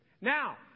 Now